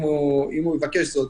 אם הוא יבקש זאת,